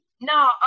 no